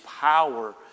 power